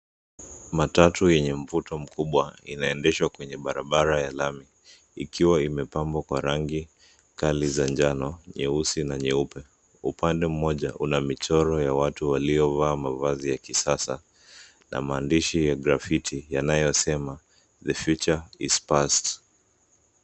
Matatu yenye mvuto mkubwa, inaendeshwa kwenye barabara ya lami ikiwa imepambwa kwa rangi kali za njano, nyeusi na nyeupe. Upande mmoja una michoro ya watu waliovaa mavazi ya kisasa na maandishi ya grafiti yanayosema the future is past .